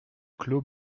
clos